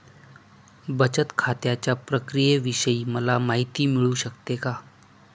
बचत खात्याच्या प्रक्रियेविषयी मला माहिती मिळू शकते का?